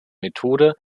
methode